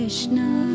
Krishna